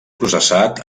processat